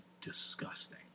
disgusting